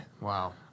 wow